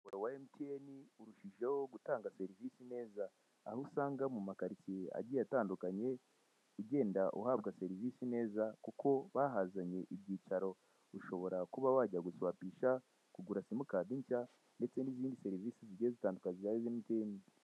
Umurongo wa MTN urushijeho gutanga serivisi neza. Aho usanga mu makaritiye agiye atandukanye, ugenda uhabwa serivisi neza kuko bahazanye ibyicaro ushobora kuba warya, guswapisha, kugura simukadi nshya ndetse n'izindi serivisi zigiye zitandvukanye ziz'indiindi.